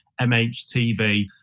MHTV